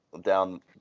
down